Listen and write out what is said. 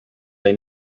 they